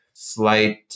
slight